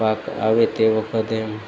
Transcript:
પાક આવે તે વખતે